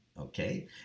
Okay